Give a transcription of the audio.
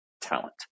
talent